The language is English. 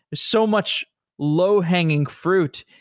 so much low hanging fruit,